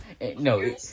No